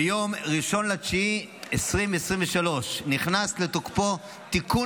ביום 1 בספטמבר 2023 נכנס לתוקפו תיקון